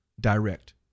direct